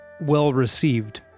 well-received